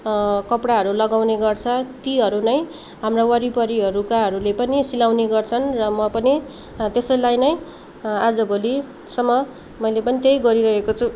कपडाहरू लगाउने गर्छ तीहरू नै हाम्रो वरिपरिहरूकाहरूले पनि सिलाउने गर्छन् र म पनि त्यसैलाई नै आजभोलिसम्म मैले पनि त्यही गरिरहेको छु